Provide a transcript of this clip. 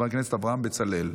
של חבר הכנסת אברהם בצלאל.